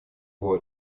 его